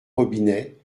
robinet